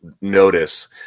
notice